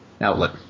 outlet